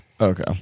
Okay